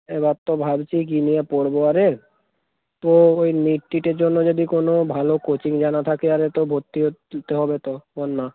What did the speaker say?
এবার তো ভাবছি কী নিয়ে পড়বো আরে তো ওই নিট টিটের জন্য যদি কোনো ভালো কোচিং জানা থাকে আরে তো ভর্তি হতে হবে তো বল না